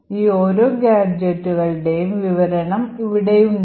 ഈ ഓരോ ഗാഡ്ജെറ്റുകളുടെയും വിവരണം ഇവിടെയുണ്ട്